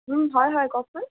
হয় হয় কওকচোন